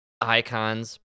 icons